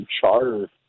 charter